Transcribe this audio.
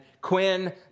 Quinn